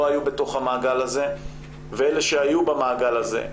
היו בתוך המעגל הזה ואלה שהיו במעגל הזה,